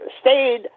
stayed